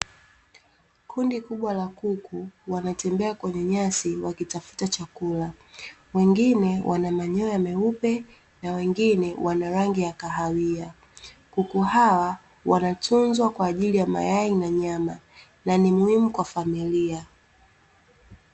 Kundi kubwa la kuku wanatembea kwenye nyasi wakitafuta chakula, wengine wanamanyoa meupe na wengine wana rangi ya kahawia. Kuku hawa wanatunzwa kwa ajili ya mayai na nyama na ni muhimu kwa familia.